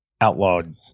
outlawed